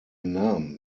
nahm